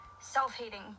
self-hating